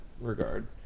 regard